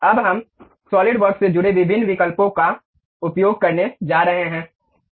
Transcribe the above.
अब हम सॉलिडवर्क्स से जुड़े विभिन्न विकल्पों का उपयोग करने जा रहे हैं